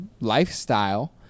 lifestyle